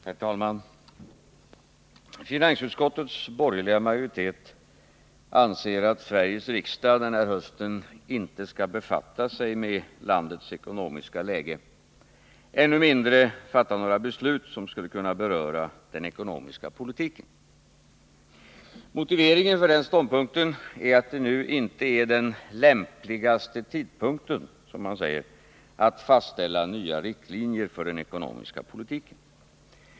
Herr talman! Finansutskottets borgerliga majoritet anser att Sveriges riksdag denna höst inte skall befatta sig med landets ekonomiska läge, ännu mindre fatta några beslut som skulle kunna beröra den ekonomiska politiken. Motiveringen för denna ståndpunkt är att det nu inte är den lämpligaste tidpunkten — som man säger — att fastställa nya riktlinjer för den ekonomiska politiken.